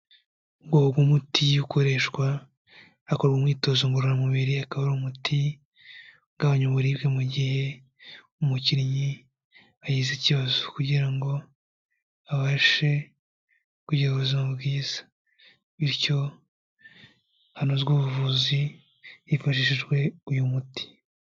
Ubwoko bw'umuti ukoreshwa hakorwa umwitozo ngororamubiri, akaba ari umuti ugabanya uburibwe mu gihe umukinnyi agize ikibazo kugira ngo abashe kugira ubuzima bwiza bityo hanozwe ubuvuzi hifashishijwe uyu muti.